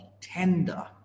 tender